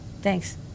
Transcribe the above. Thanks